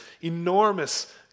enormous